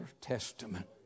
testament